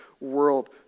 world